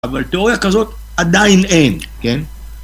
אבל תיאוריה כזאת עדיין אין, כן?